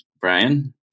Brian